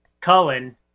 Cullen